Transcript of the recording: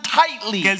tightly